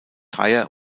dreier